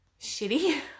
shitty